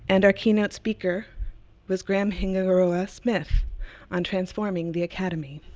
and our keynote speaker was graham hingangaroa smith on transforming the academy.